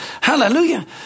hallelujah